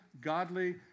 godly